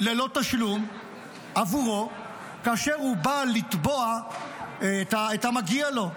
ללא תשלום עבורו כאשר הוא בא לתבוע את המגיע לו.